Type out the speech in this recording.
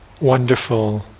wonderful